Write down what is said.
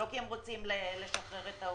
לא כי הם רוצים לשחרר את העובדים.